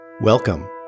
Welcome